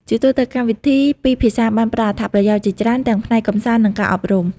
ជាទូទៅ កម្មវិធីពីរភាសាបានផ្តល់អត្ថប្រយោជន៍ជាច្រើនទាំងផ្នែកកម្សាន្តនិងការអប់រំ។